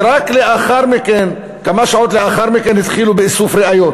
ורק כמה שעות לאחר מכן התחילו באיסוף ראיות.